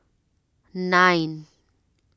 nine